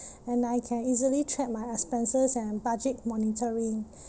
and I can easily track my expenses and budget monitoring